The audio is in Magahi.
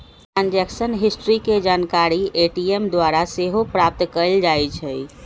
ट्रांजैक्शन हिस्ट्री के जानकारी ए.टी.एम द्वारा सेहो प्राप्त कएल जाइ छइ